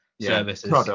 services